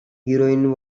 heroin